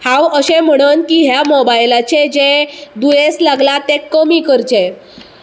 हांव अशें म्हणन की मोबायलाचे हे दुयेंस लागला तें कमी करचें